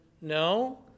no